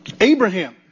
Abraham